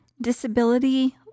disability